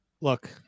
look